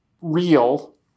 real